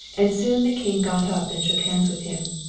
and soon the king got up and shook hands with him.